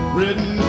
Written